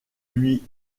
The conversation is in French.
lui